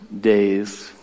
days